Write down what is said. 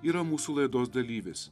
yra mūsų laidos dalyvis